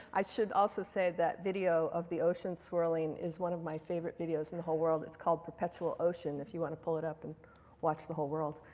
i should say that video of the ocean swirling is one of my favorite videos in the whole world. it's called perpetual ocean if you want to pull it up and watch the whole world.